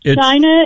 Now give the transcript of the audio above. China